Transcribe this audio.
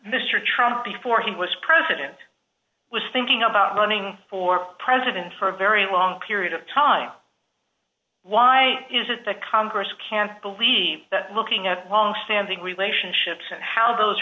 trump before he was president was thinking about running for president for a very long period of time why is it that congress can't believe that looking at long standing relationships and how those